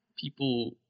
people